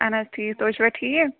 اہن حظ ٹھیٖک تُہۍ چھُوا ٹھیٖک